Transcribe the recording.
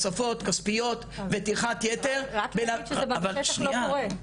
כספיות נוספות וטרחת ייתר -- רק להגיד שבשטח זה לא קורה.